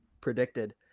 predicted